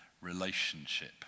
relationship